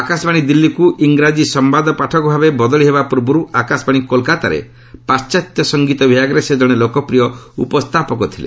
ଆକାଶବାଣୀ ଦିଲ୍ଲୀକୁ ଇଂରାଜୀ ସମ୍ଭାଦ ପାଠକ ଭାବେ ବଦଳି ହେବା ପୂର୍ବରୁ ଆକାଶବାଣୀ କୋଲ୍କାତାରେ ପାଶ୍ଚାତ୍ୟ ସଙ୍ଗୀତ ବିଭାଗରେ ସେ ଜଣେ ଲୋକପ୍ରିୟ ଉପସ୍ଥାପକ ଥିଲେ